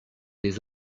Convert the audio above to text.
des